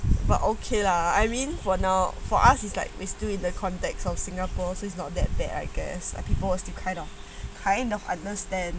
but okay lah I mean for now for us it's like we still in the context of singapore so it's not that that I guess like people will still kind of kind of understand